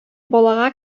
балага